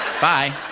Bye